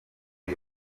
www